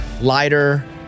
lighter